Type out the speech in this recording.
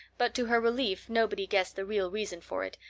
but to her relief nobody guessed the real reason for it,